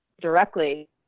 directly